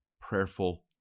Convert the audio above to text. prayerful